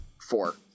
four